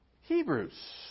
Hebrews